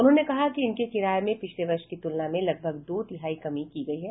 उन्होंने कहा कि इनके किराये में पिछले वर्ष की तुलना में लगभग दो तिहाई कमी की गई है